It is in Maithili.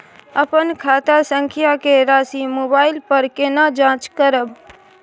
अपन खाता संख्या के राशि मोबाइल पर केना जाँच करब?